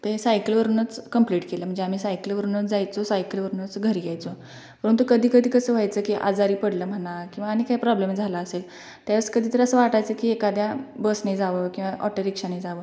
ते सायकलवरूनच कम्प्लिट केलं म्हणजे आम्ही सायकलीवरूनच जायचो सायकलीवरूनच घरी यायचो परंतु कधी कधी कसं व्हायचं की आजारी पडलं म्हणा किंवा आणि काय प्रॉब्लम झाला असेल त्या वेळेस कधीतरी असं वाटायचं की एकाद्या बसने जावं किंवा ऑटोरिक्षाने जावं